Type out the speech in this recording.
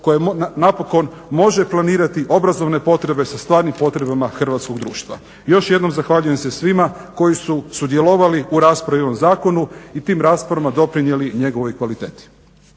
koje napokon može planirati obrazovne potrebe sa stvarnim potrebama hrvatskog društva. Još jednom zahvaljujem se svima koji su sudjelovali u raspravi o ovom zakonu i tim raspravama doprinijeli njegovoj kvaliteti.